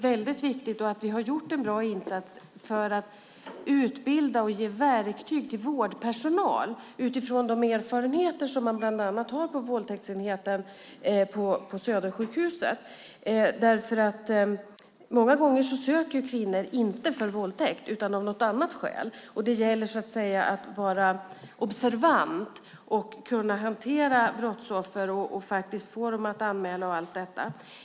Vi har gjort en bra insats för att utbilda och ge verktyg till vårdpersonal utifrån de erfarenheter som man har bland annat på våldtäktsenheten på Södersjukhuset. Många gånger söker kvinnor vård inte för våldtäkt utan av något annat skäl. Det gäller att vara observant för att kunna hantera brottsoffer och få dem att anmäla.